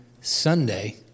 Sunday